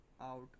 out